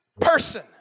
person